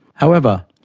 however,